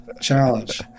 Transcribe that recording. challenge